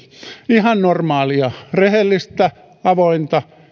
ihan normaalia rehellistä avointa